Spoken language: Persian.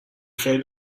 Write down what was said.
خیلی